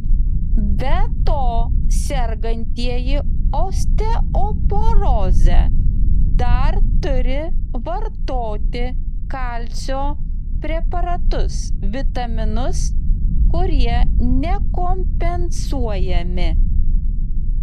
be to sergantieji osteoporoze dar turi vartoti kalcio preparatus vitaminus kurie nekompensuojami